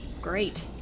Great